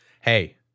Hey